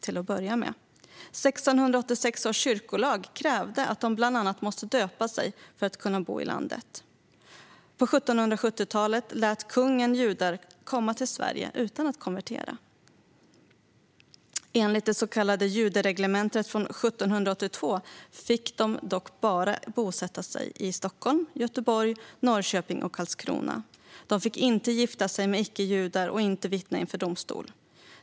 I 1686 års kyrkolag krävdes bland annat att de måste döpa sig för att kunna bo i landet. På 1770-talet lät kungen judar komma till Sverige utan att konvertera. Enligt det så kallade judereglementet från 1782 fick de dock endast bosätta sig i Stockholm, Göteborg, Norrköping och Karlskrona. De fick inte gifta sig med icke-judar och inte vittna inför domstol.